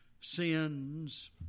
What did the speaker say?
sins